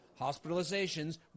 Hospitalizations